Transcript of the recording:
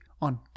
on